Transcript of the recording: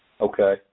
Okay